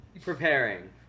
Preparing